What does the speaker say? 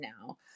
now